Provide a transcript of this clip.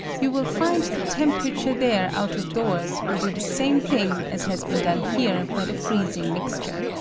you will find the temperature there out of doors will do the same thing as has been done here by the freezing mixture.